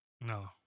No